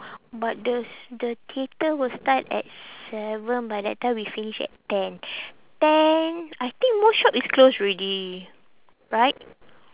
but the s~ the theatre will start at seven by that time we finish at ten ten I think most shop is close already right